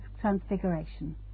Transfiguration